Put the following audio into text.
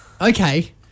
Okay